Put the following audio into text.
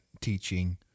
teaching